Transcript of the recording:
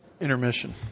intermission